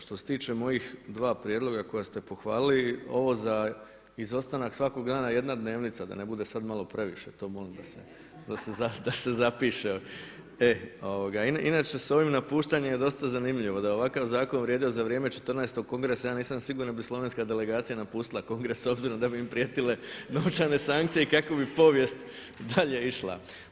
Što se tiče mojih dva prijedloga koja ste pohvalili, ovo za izostanak svakog dana jedna dnevnica, da ne bude sada malo previše, to molim vas da se zapiše. … [[Upadica se ne čuje.]] Inače sa ovim napuštanje je dosta zanimljivo, da je ovakav zakon vrijedio za vrijeme 14.-og kongresa ja nisam siguran da li bi slovenska delegacija napustila kongres s obzirom da bi im prijetile novčane sankcije i kakvo bi povijest dalje išla.